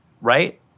Right